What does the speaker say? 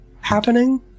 happening